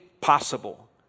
possible